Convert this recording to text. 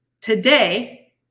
today